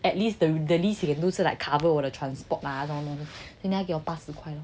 at least the least you can 就是 like cover 我的 transport 这些啊 then 他给我八十块